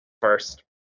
first